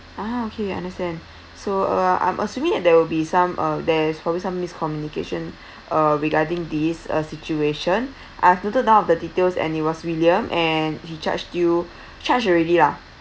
ah okay understand so uh I'm assuming there will be some uh there's probably some miscommunication uh regarding this uh situation I've noted down all of the details and it was william and he charged you charged already lah